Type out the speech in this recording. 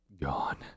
Gone